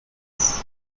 mes